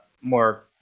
more